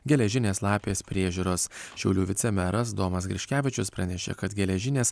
geležinės lapės priežiūros šiaulių vicemeras domas griškevičius pranešė kad geležinės